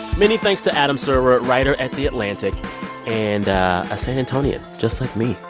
many thanks to adam serwer, writer at the atlantic and a san antonian just like me.